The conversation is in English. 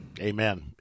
Amen